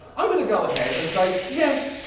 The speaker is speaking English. i'm gonna go ahead and say, yes,